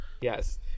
Yes